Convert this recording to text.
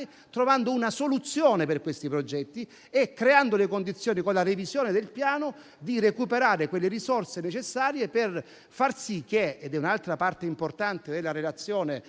modifiche trovando una soluzione per questi progetti e creando le condizioni, con la revisione del Piano, per recuperare le risorse necessarie a far sì che - ed è un'altra parte importante della relazione